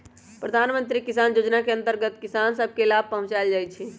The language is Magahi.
प्रधानमंत्री किसान जोजना के अंतर्गत किसान सभ के लाभ पहुंचाएल जाइ छइ